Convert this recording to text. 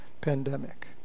pandemic